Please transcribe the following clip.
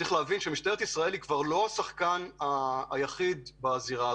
צריך להבין שמשטרת ישראל היא כבר לא השחקן היחיד בזירה,